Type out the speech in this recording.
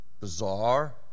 bizarre